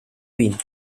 quinn